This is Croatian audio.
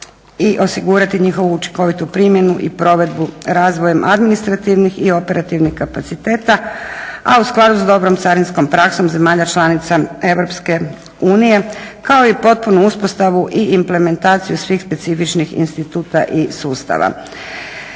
i osigurati njihovu učinkovitu primjenu i provedbu razvojem administrativnih i operativnih kapaciteta a u skladu s dobrom carinskom praksom zemalja članica EU kao i potpunu uspostavu i implentaciju svih specifičnih instituta i sustava.